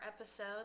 episode